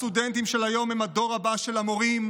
הסטודנטים של היום הם הדור הבא של המורים,